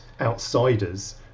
outsiders